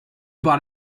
bought